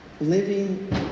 living